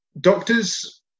doctors